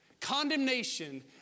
Condemnation